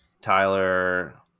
tyler